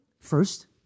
First